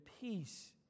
peace